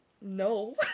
no